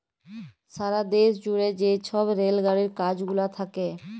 সারা দ্যাশ জুইড়ে যে ছব রেল গাড়ির কাজ গুলা থ্যাকে